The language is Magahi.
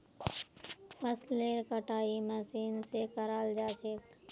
फसलेर कटाई मशीन स कराल जा छेक